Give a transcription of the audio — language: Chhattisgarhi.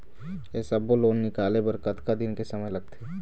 ये सब्बो लोन निकाले बर कतका दिन के समय लगथे?